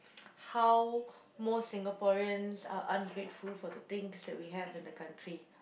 how most Singaporean are ungrateful for the things that we have in the country